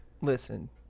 Listen